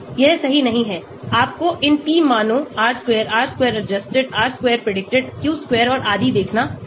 यह सही नहीं है आपको इन p मानों R square R square adjusted R square predicted Q square और आदि देखना होगा